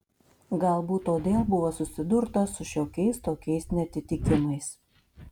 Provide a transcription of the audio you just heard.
galbūt todėl buvo susidurta su šiokiais tokiais neatitikimais